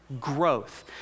growth